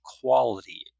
quality